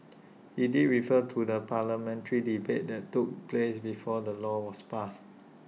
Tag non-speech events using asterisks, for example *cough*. *noise* he did refer to the parliamentary debate that took place before the law was passed